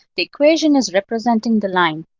the equation is representing the line.